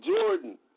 Jordan